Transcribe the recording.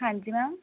ਹਾਂਜੀ ਮੈਮ